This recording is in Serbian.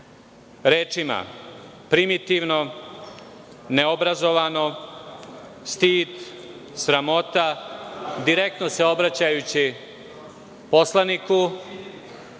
rečima „primitivno, neobrazovano, stid, sramota“ direktno se obraćajući poslaniku,